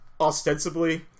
Ostensibly